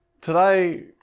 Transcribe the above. Today